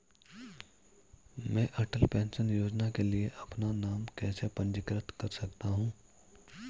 मैं अटल पेंशन योजना के लिए अपना नाम कैसे पंजीकृत कर सकता हूं?